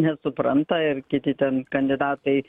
nesupranta ir kiti ten kandidatai